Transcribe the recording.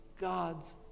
god's